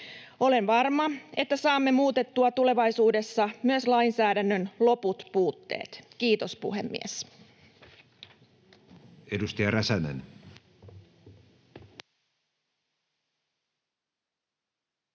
Olen varma, että saamme muutettua tulevaisuudessa myös lainsäädännön loput puutteet. — Kiitos, puhemies.